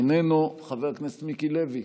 איננו, חבר הכנסת מיקי לוי,